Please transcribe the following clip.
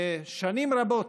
שנים רבות,